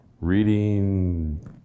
reading